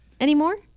anymore